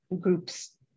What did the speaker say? groups